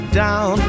down